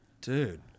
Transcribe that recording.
Dude